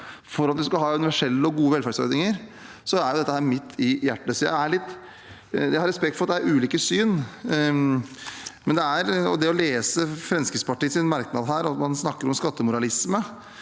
for at man skal ha universelle og gode velferdsordninger, er dette midt i hjertet. Jeg har respekt for at det er ulike syn. Jeg leser Fremskrittspartiets merknad hvor man snakker om skattemoralisme.